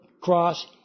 cross